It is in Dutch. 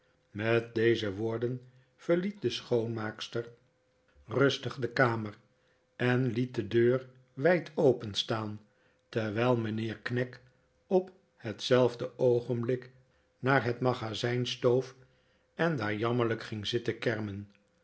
met deze woorden verliet de schoonmaakster rustig de kamer en liet de deur wijd openstaan terwijl mijnheer knag op hetzelfde oogenblik naar het magazijn stoof en daar jammerlijk ging zitten kermen